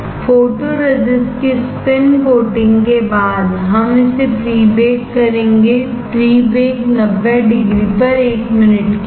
photoresist की spin coating के बाद हम इसे प्री बेक करेंगे प्री बेक 90 डिग्री पर 1 मिनट के लिए